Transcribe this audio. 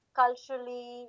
culturally